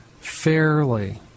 fairly